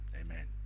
Amen